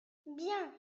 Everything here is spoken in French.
bien